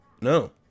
No